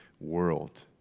world